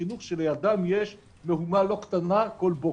החינוך שלידם יש מהומה לא קטנה כל בוקר.